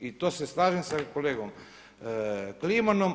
I to se slažem sa kolegom Klimanom.